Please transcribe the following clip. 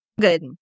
Good